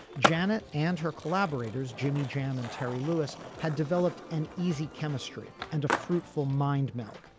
janet and her collaborators jimmy jam and terry lewis had developed an easy chemistry and a fruitful mind meld.